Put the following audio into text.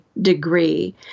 degree